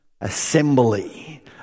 assembly